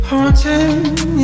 Haunting